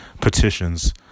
petitions